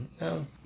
No